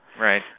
Right